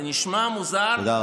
זה נשמע מוזר, תודה רבה.